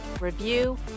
review